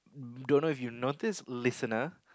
don't know if you notice listener